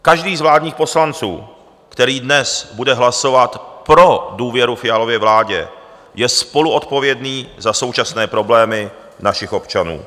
Každý z vládních poslanců, který dnes bude hlasovat pro důvěru Fialově vládě, je spoluodpovědný za současné problémy našich občanů.